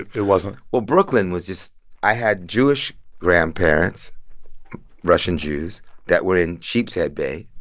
it wasn't well, brooklyn was just i had jewish grandparents russian jews that were in sheepshead bay.